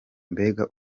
mbega